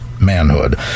Manhood